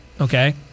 Okay